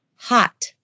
hot